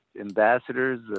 ambassadors